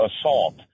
assault